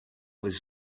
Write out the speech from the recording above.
was